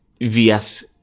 VS